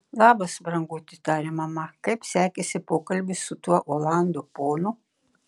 labas branguti tarė mama kaip sekėsi pokalbis su tuo olandų ponu